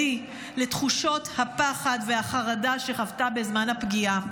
לתחושות הפחד והחרדה שחוותה בזמן הפגיעה.